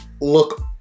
look